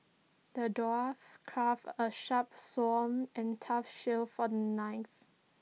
the dwarf crafted A sharp sword and tough shield for the knight